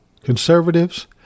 Conservatives